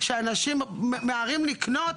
שאנשים ממהרים לקנות,